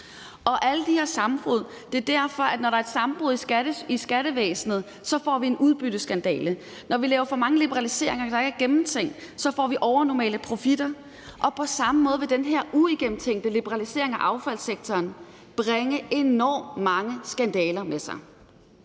til alle de her sammenbrud, at når der f.eks. er et sammenbrud i skattevæsenet, får vi en udbytteskandale. Når vi laver for mange liberaliseringer, der ikke er gennemtænkte, får vi overnormale profitter. Og på samme måde vil den her uigennemtænkte liberalisering af affaldssektoren bringe enormt mange skandaler med sig.